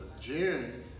June